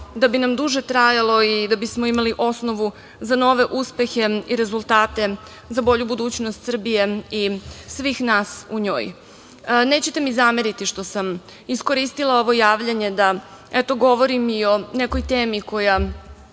da bi nam duže trajalo i da bismo imali osnovu za nove uspehe i rezultate, za bolju budućnost Srbije i svih nas u njoj. Nećete mi zameriti što sam iskoristila ovo javljanje da, eto, govorim i o nekoj temi koja